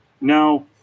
Now